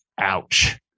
ouch